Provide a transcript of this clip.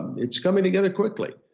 it's coming together quickly.